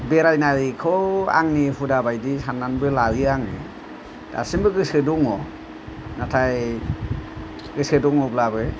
बेरायनायखौ आंनि हुदा बादि सान्नानैबो लायो आङो दासिमबो गोसो दङ नाथाय गोसो दङब्लाबो